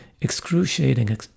excruciating